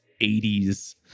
80s